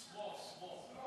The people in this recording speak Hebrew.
סמוֹ, סמוֹ.